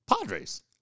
Padres